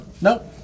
Nope